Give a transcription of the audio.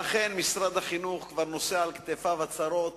ואכן, משרד החינוך כבר נושא על כתפיו הצרות